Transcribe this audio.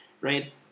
Right